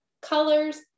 colors